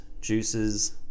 juices